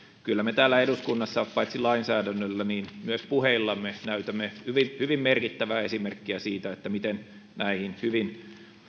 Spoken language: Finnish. kyllä me täällä eduskunnassa paitsi lainsäädännöllä myös puheillamme näytämme hyvin hyvin merkittävää esimerkkiä siitä miten näihin hyvin